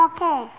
Okay